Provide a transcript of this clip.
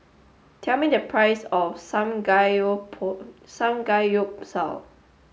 tell me the price of Samgyeopsal